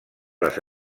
les